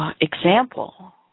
Example